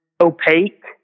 opaque